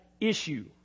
issue